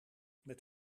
met